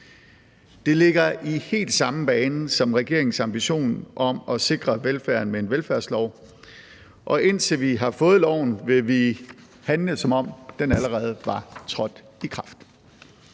Det ligger i helt samme bane som regeringens ambition om at sikre velfærden med en velfærdslov, og indtil vi har fået loven, vil vi handle, som om den allerede var trådt i kraft.